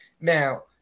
Now